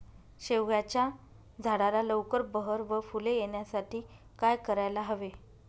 शेवग्याच्या झाडाला लवकर बहर व फूले येण्यासाठी काय करायला हवे?